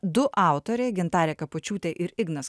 du autoriai gintarė kapočiūtė ir ignas